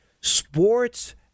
sports